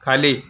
खाली